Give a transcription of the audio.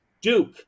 Duke